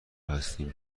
هستیم